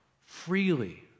freely